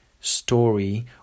story